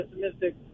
pessimistic